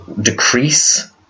Decrease